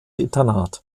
internat